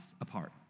apart